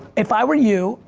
if i were you,